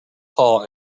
paw